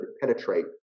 penetrate